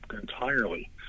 entirely